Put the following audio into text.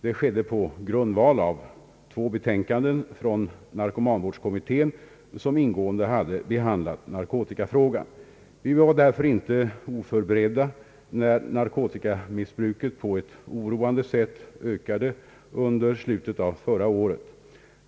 Det skedde på grundval av två betänkanden från narkomanvårdskommittén som ingående hade behandlat narkotikafrågan. Vi var därför inte oförberedda när narkotikamissbruket på ett oroande sätt ökade under slutet av förra året.